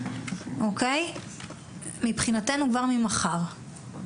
מבחינתנו כבר ממחר.